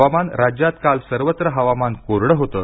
हवामान राज्यात काल सर्वत्र हवामान कोरडं होतं